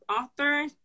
author